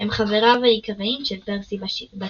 הם חבריו העיקריים של פרסי בסדרה.